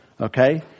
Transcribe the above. okay